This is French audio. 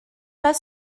pas